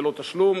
ללא תשלום.